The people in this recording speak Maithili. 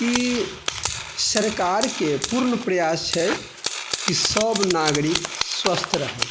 कि सरकारके पूर्ण प्रयास छै कि सभ नागरिक स्वस्थ रहै